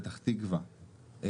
פתח תקווה,